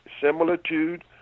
similitude